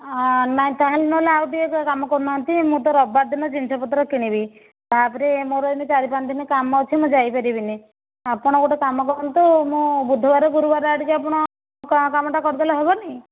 ହଁ ନାହିଁ ତାହେଲେ ନହେଲେ ଆଉ ଟିକିଏ କାମ କରୁନାହାନ୍ତି ମୁଁ ତ ରବିବାର ଦିନ ଜିନିଷପତ୍ର କିଣିବି ତା'ପରେ ମୋର ଏଇନେ ଚାରି ପାଞ୍ଚ ଦିନ କାମ ଅଛି ମୁଁ ଯାଇ ପାରିବିନି ଆପଣ ଗୋଟେ କାମ କରନ୍ତୁ ମୁଁ ବୁଧବାର ଗୁରୁବାର ଆଡ଼କୁ ଆପଣଙ୍କ କାମଟା କରିଦେଲେ ହେବନି